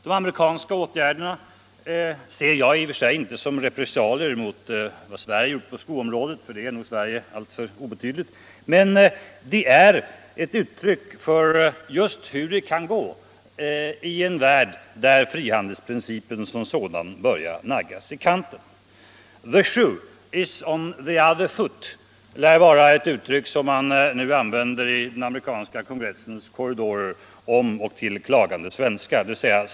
De amerikanska åtgärderna ser jag i och för sig inte som repressalier mot vad Sverige gjort på skoområdet — för det är nog Sverige alltför obetydligt. Men det är ett uttryck för hur det kan gå i en värld där frihandelsprincipen som sådan börjar naggas i kanten. ”The shoe is on the other foot now” lär vara ett uttryck som man nu anvärder i den amerikanska kongressens korridorer om ock till klagande svenskar.